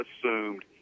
assumed